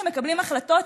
שמקבלים החלטות,